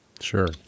Sure